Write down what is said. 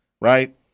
right